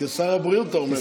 כשר הבריאות אתה אומר לי.